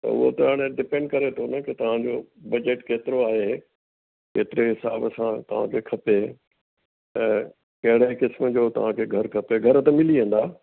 त उहो त हाणे डिपेंड करे थो न कि तव्हां जो बजट केतिरो आहे केतिरे हिसाब सां तव्हां खे खपे त कहिड़े क़िस्म जो तव्हां खे घर खपे घर त मिली वेंदा